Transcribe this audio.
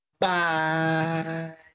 Bye